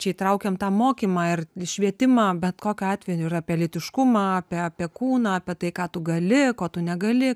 čia įtraukiam tą mokymą ir švietimą bet kokiu atveju ir apie lytiškumą apie apie kūną apie tai ką tu gali ko tu negali